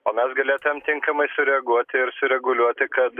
o mes galėtumėm tinkamai sureaguoti ir sureguliuoti kad